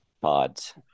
pods